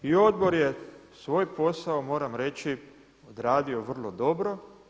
I odbor je svoj posao moram reći odradio vrlo dobro.